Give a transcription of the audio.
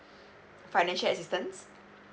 financial assistance